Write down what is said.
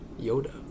Yoda